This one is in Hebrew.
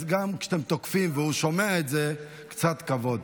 אז גם כשאתם תוקפים, והוא שומע את זה, קצת כבוד.